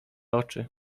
oczy